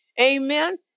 amen